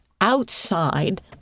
outside